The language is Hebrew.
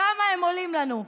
כמה הם עולים לנו?